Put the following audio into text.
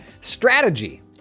strategy